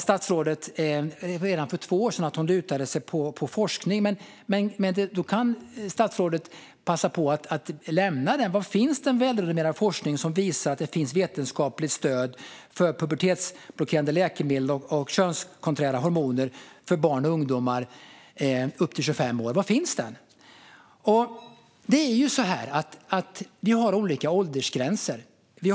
Statsrådet sa redan för två år sedan att hon lutade sig mot forskning. Då kan statsrådet passa på och nämna den. Var finns den välrenommerade forskning som visar att det finns vetenskapligt stöd för pubertetsblockerande läkemedel och könskonträra hormoner för barn och ungdomar upp till 25 år? Var finns den? Det är ju så här att vi har olika åldersgränser.